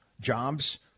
jobs